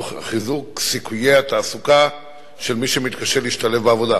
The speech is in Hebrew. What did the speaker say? תוך חיזוק סיכויי התעסוקה של מי שמתקשה להשתלב בעבודה.